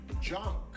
junk